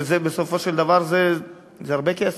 ובסופו של דבר זה הרבה כסף.